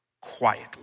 quietly